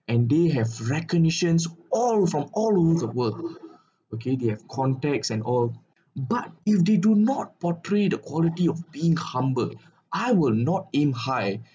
and they have recognitions all from all over the world okay they have contacts and all but if they do not portray the quality of being humbled I will not aim high